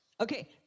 Okay